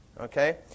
Okay